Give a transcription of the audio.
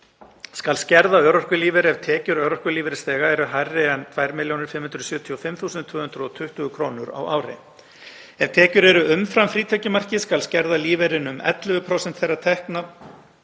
skal skerða örorkulífeyri ef tekjur örorkulífeyrisþega eru hærri en 2.575.220 kr. á ári. Ef tekjur eru umfram frítekjumarkið skal skerða lífeyrinn um 11% þeirra tekna